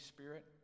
Spirit